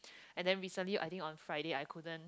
and then recently I think on Friday I couldn't